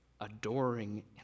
adoring